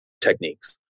techniques